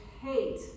hate